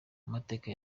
mateka